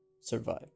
survive